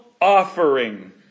offering